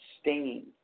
Stinging